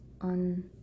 on